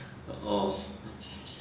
oh